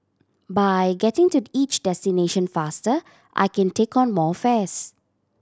by getting to each destination faster I can take on more fares